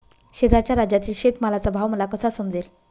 शेजारच्या राज्यातील शेतमालाचा भाव मला कसा समजेल?